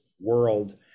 world